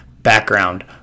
background